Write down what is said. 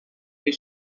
been